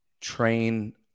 train